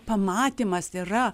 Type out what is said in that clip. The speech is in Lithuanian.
pamatymas yra